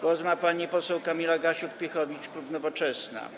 Głos ma pani poseł Kamila Gasiuk-Pihowicz, klub Nowoczesna.